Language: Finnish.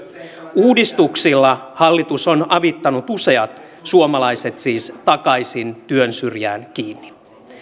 uudistuksilla hallitus on avittanut useat suomalaiset siis takaisin työn syrjään kiinni